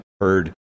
heard